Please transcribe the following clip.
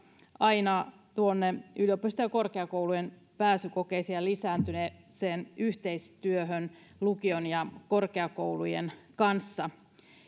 aina tuonne yliopistojen ja korkeakoulujen pääsykokeisiin ja lisääntyneeseen yhteistyöhön lukion ja korkeakoulujen kanssa